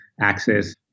access